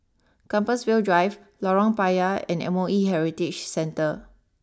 Compassvale Drive Lorong Payah and M O E Heritage Centre